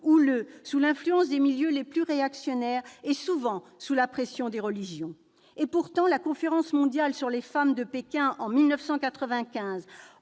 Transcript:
houleux, sous l'influence des milieux les plus réactionnaires, souvent sous la pression des religions. Pourtant, lors de la Conférence mondiale sur les femmes qui s'est